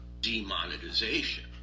demonetization